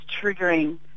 triggering